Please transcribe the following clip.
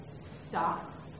stop